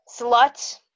Slut